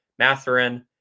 Matherin